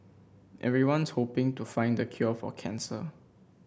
everyone's hoping to find the cure for cancer